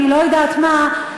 אני לא יודעת מה,